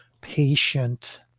patient